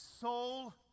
soul